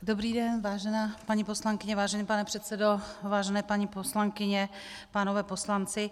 Dobrý den, vážená paní poslankyně, vážený pane předsedo, vážené paní poslankyně, pánové poslanci.